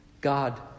God